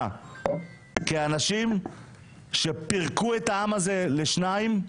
כאנשים שפירקו את העם הזה לשניים,